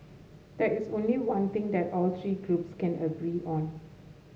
there is only one thing that all three groups can agree on